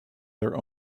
their